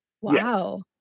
Wow